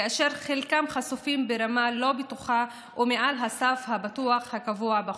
וחלקם חשופים ברמה לא בטוחה ומעל הסף הבטוח הקבוע בחוק.